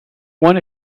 one